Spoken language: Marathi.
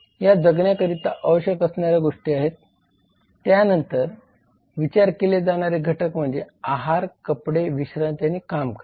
या जगण्याकरिता आवश्यक असणाऱ्या गोष्टी आहेत त्यानंतर विचार केले जाणारे घटक म्हणजे आहार कपडे विश्रांती आणि काम करणे